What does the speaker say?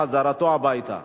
בחזרתו הביתה.